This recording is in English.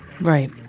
Right